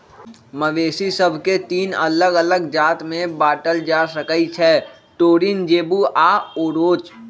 मवेशि सभके तीन अल्लग अल्लग जात में बांटल जा सकइ छै टोरिन, जेबू आऽ ओरोच